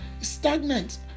stagnant